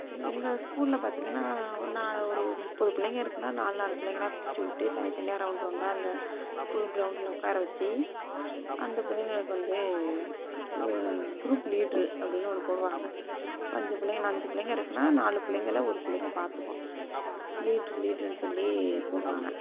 எங்கள் ஸ்கூல்ல பார்த்திங்கன்னா ஒரு நா ஒரு முப்பது பிள்ளைங்க இருக்குனால் நாலு நாலு பிள்ளைங்களா பிரித்து விட்டு தனித்தனியாக ரவுண்ட் ரவுண்டாக அந்த ஸ்கூல் க்ரௌண்ட்ல உட்கார வச்சு அந்த பிள்ளைங்களுக்கு வந்து க்ரூப் லீட்ரு அப்படின்னு ஒன்று போடுவாங்கள் அஞ்சு பிள்ளைங்க ந அஞ்சு பிள்ளைங்க இருக்குனால் நாலு பிள்ளைங்கள ஒரு பிள்ளைங்க பார்த்துக்கும் லீட்ரு லீட்ருன்னு சொல்லி போடுவாங்கள்